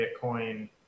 bitcoin